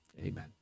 amen